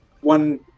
one